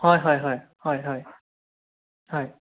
হয় হয় হয় হয় হয়